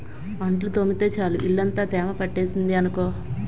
అంట్లు తోమితే చాలు ఇల్లంతా తేమ పట్టేసింది అనుకో